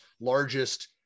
largest